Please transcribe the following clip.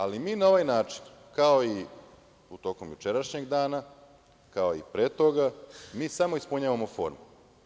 Ali, mi na ovaj način, kao i tokom jučerašnjeg dana, kao i pre toga, mi samo ispunjavamo formu.